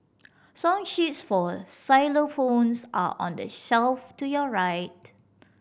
song sheets for xylophones are on the shelf to your right